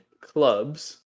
clubs